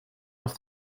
off